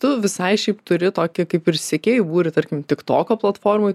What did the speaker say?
tu visai šiaip turi tokį kaip ir sekėjų būrį tarkim tik toko platformoj